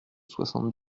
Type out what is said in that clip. soixante